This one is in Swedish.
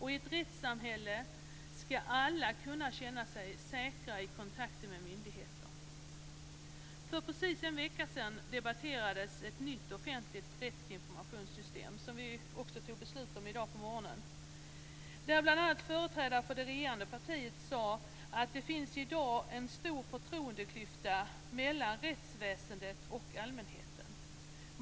I ett rättssamhälle skall alla kunna känna sig säkra i kontakter med myndigheter. För precis en vecka sedan debatterades ett nytt offentligt rättsinformationssystem som vi också fattade beslut om i dag på morgonen. Då sade bl.a. företrädare för det regerande partiet: "Det finns i dag en stor förtroendeklyfta mellan rättsväsendet och allmänheten.